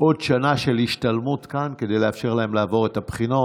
עוד שנה של השתלמות כאן כדי לאפשר להם לעבור את הבחינות.